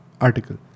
article